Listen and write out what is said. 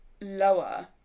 lower